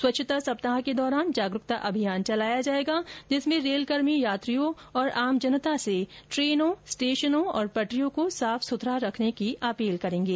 स्वच्छता सप्ताह के दौरान जागरूकता अभियान भी चलाया जाएगा जिसमें रेलकर्मी यात्रियों और आम जनता से ट्रेनों स्टेशनों और पटरियों को साफ सुथरा रखने की अपील करेंगे